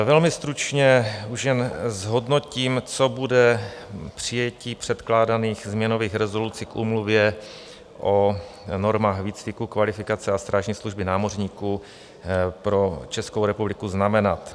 Velmi stručně už jen zhodnotím, co bude přijetí předkládaných změnových rezoluci k úmluvě o normách výcviku, kvalifikace a strážní služby námořníků pro Českou republiku znamenat.